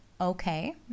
okay